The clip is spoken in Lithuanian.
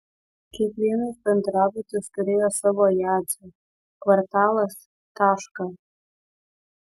kiekvienas bendrabutis turėjo savo jadzę kvartalas tašką